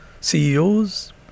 CEOs